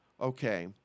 okay